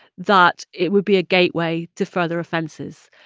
that it would be a gateway to further offenses,